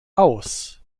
aus